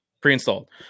pre-installed